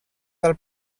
del